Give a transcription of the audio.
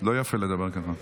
לא יפה לדבר ככה.